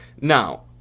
Now